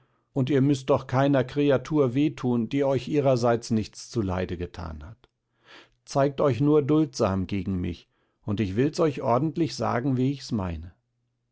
und ihr müßt doch keiner kreatur weh tun die euch ihrerseits nichts zuleide getan hat zeigt euch nur duldsam gegen mich und ich will's euch ordentlich sagen wie ich's meine